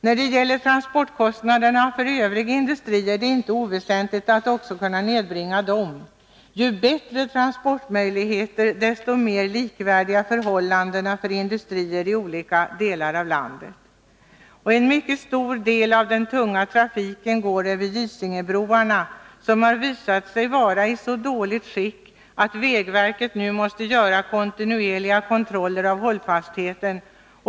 När det gäller transportkostnaderna för övrig industri är det inte oväsentligt att också kunna nedbringa dem. Ju bättre transportmöjligheter, desto mer likvärdiga förhållanden för industrierna i olika delar av landet. En mycket stor del av den tunga trafiken går över Gysingebroarna, som har visat sig vara i så dåligt skick att vägverket nu måste göra kontinuerliga kontroller av hållfastheten.